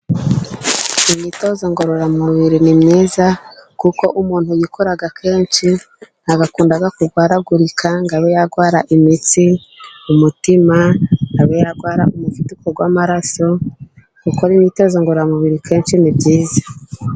Imyitozo ngororamubiri ni myiza, kuko umuntu uyikora kenshi ntabwo akunda kurwaragurika, ngo abe yarwara imitsi, umutima, ngo abe yarwara umuvuduko w'amaraso, gukora imyitozo ngororamubiri kenshi ni byiza.